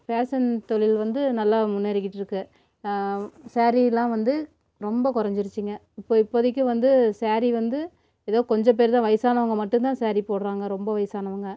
fashion தொழில் வந்து நல்லா முன்னேறிக்கிட்டு இருக்குது சேரீயெல்லாம் வந்து ரொம்ப குறஞ்சிருச்சிங்க இப்போ இப்போதிக்கு வந்து சேரீ வந்து ஏதோ கொஞ்ச பேரு தான் வயசானவங்க மட்டுந்தான் சேரீ போடுறாங்க ரொம்ப வயசானவங்க